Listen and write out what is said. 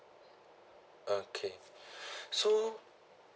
okay so